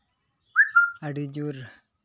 ᱟᱹᱰᱤ ᱡᱳᱨ